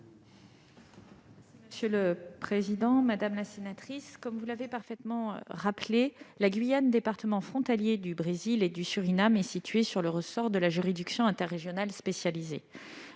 ministre déléguée. Madame la sénatrice, comme vous l'avez parfaitement rappelé, la Guyane, département frontalier du Brésil et du Suriname, est située dans le ressort de la juridiction interrégionale spécialisée